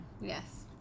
Yes